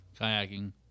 Kayaking